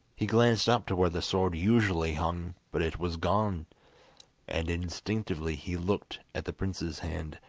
he glanced up to where the sword usually hung, but it was gone and instinctively he looked at the prince's hand,